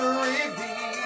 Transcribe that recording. reveal